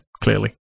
clearly